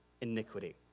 iniquity